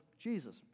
Jesus